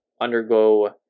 undergo